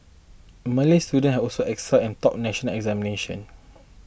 Malay student have also excelled and topped national examination